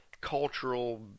cultural